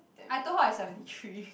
I told her I seventy three